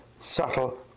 subtle